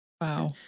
Wow